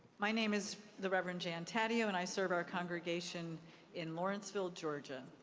my name is the reverend jan tatio and i serve our congregation in lawrenceville, georgia.